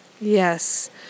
Yes